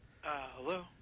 Hello